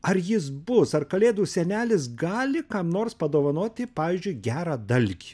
ar jis bus ar kalėdų senelis gali kam nors padovanoti pavyzdžiui gerą dalgį